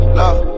love